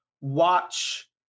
watch